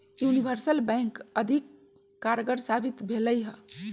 universal bank अधिक कारगर साबित भेलइ ह